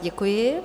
Děkuji.